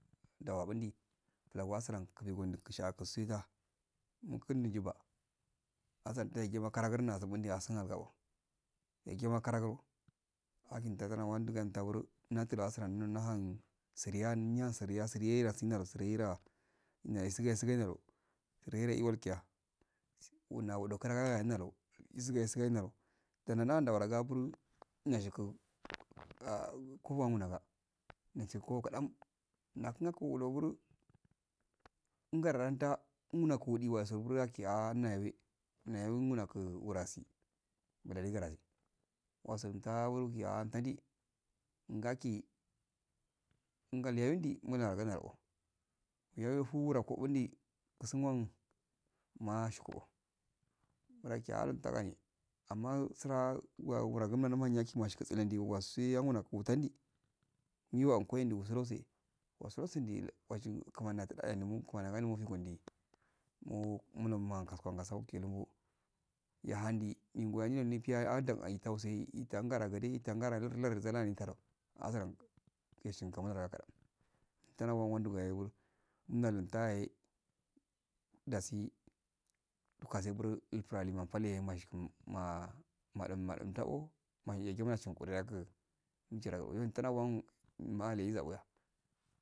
Dawa bundi klan wasran kudi wandi washiga mukundi jiba asan djiba kara bundi asun alga oh ysagima karago agi ndra gro wanda gru naturo asro na nahum nahun siriyal nahu siriyal siriye dasi siriye da. na sige sigel da siriye sigel walkya wuna wakkra na nalywo wuzuge wuzu naluws natanda gara buru nasku ah kofa ngu waga nɛshigo kafaum nakuum nakuro ngra nok naku di waso bro waki ah nawi nɛwi munoki wurasi buladagada wasun ta gil nitdi ngaki ngol yawandi ngori wandi ko ysku kore oh wundi wusugun mashin ko gura cga muta ani amma rswa wuragi nam nam washi yawurayi utabdi miwa wuko nsuro usi wasi wasi ndeli ndekeni akunte humani awandi mifo kundi my mulu muhum kafhugn metele lu ya handi megu wadi da ndi piya anda ka use iyi kara gade tun gara lardu laruso nutuns zar gara azra weshi kamara hontara gara garagi unda lunta yi dasi nokasi buro nutra eman pal eh mahi kun ma ma un ina unta oh mayin shin kurɔ gugi mohragi nitrawom male zawan